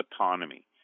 autonomy